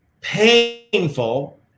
painful